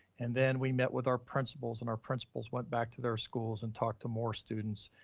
and then we met with our principals and our principals went back to their schools and talk to more students.